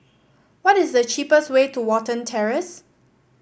what is the cheapest way to Watten Terrace